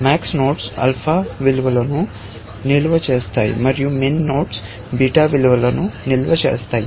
max nodes alpha విలువలను నిల్వ చేస్తాయి మరియు min నోడ్స్ బీటా విలువలను నిల్వ చేస్తాయి